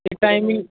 ਅਤੇ ਟਾਈਮਿੰਗ